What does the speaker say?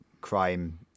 crime